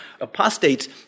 Apostates